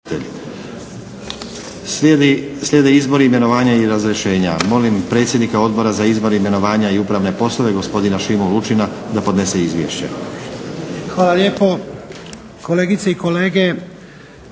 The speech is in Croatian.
Točka - Izbori, imenovanja i razrješenja Molim predsjednika Odbora za izbor, imenovanja i upravne poslove gospodina Šimu Lučina da podnese izvješće. **Lučin, Šime (SDP)**